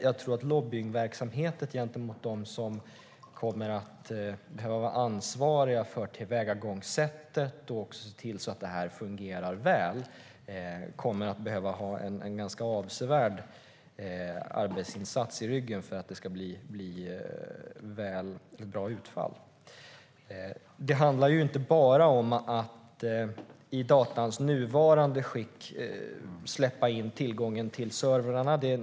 Jag tror att lobbyverksamhet gentemot dem som kommer att behöva vara ansvariga för tillvägagångssättet och se till att det här fungerar väl kommer att behöva ha en ganska avsevärd arbetsinsats i ryggen för att det ska bli ett bra utfall. Det handlar inte bara om att i datans nuvarande skick släppa tillgången till servrarna.